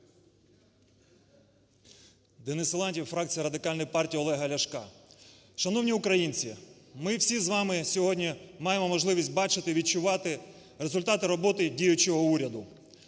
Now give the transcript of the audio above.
Денис Силантьєв, фракція Радикальної партії Олега Ляшка. Шановні українці, ми всі з вами сьогодні маємо можливість бачити і відчувати результати роботи діючого уряду.